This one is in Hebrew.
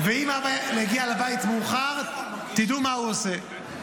ואם אבא מגיע לבית מאוחר, תדעו מה הוא עושה.